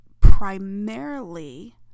primarily